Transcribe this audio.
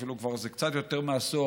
ואפילו זה קצת יותר מעשור,